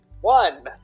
One